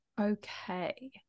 okay